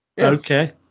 Okay